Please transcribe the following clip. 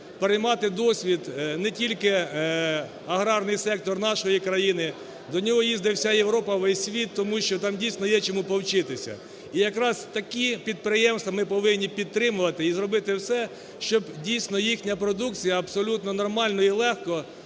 переймати досвід не тільки аграрний сектор нашої країни, до нього їздить вся Європа, весь світ, тому що там дійсно є чому повчитися. І якраз такі підприємства ми повинні підтримувати, і зробити все, щоб дійсно їхня продукція абсолютно нормально і легко